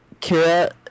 Kira